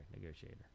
Negotiator